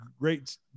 great